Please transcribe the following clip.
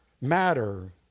Matter